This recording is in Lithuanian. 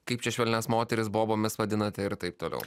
kaip čia švelnias moteris bobomis vadinate ir taip toliau